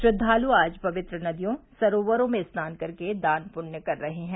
श्रद्वाल् आज पवित्र नदियों सरोवरो में स्नान कर के दान पुण्य कर रहे है